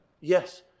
Yes